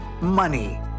Money